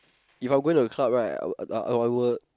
If I going to club right I I would